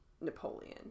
Napoleon